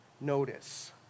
notice